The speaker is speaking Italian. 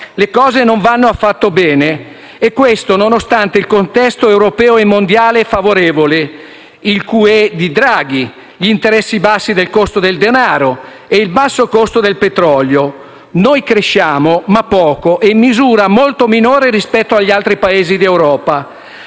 le cose non vanno affatto bene! E questo nonostante il contesto europeo e mondiale favorevole: il *quantitative easing* di Draghi, gli interessi bassi del costo del denaro e il basso costo del petrolio. Noi cresciamo, ma poco e in misura molto minore rispetto agli altri Paesi d'Europa.